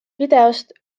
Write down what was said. videost